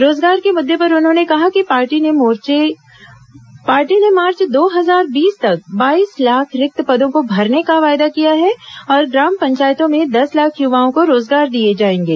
रोजगार के मुद्दे पर उन्होंने कहा कि पार्टी ने मार्च दो हजार बीस तक बाईस लाख रिक्त पदों को भरने का वायदा किया है और ग्राम पंचायतों में दस लाख युवाओं को रोजगार दिए जाएंगे